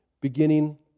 beginning